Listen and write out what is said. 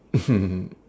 mmhmm